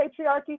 patriarchy